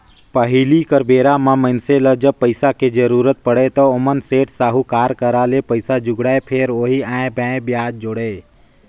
पहिली कर बेरा म मइनसे ल जब पइसा के जरुरत पड़य त ओमन सेठ, साहूकार करा ले पइसा जुगाड़य, फेर ओही आंए बांए बियाज जोड़य